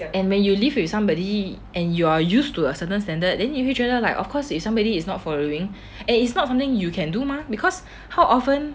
and when you live with somebody and you are used to a certain standard then 你会觉得 like of course if somebody is not following and it's not something you can do mah because how often